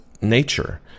nature